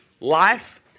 life